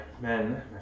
men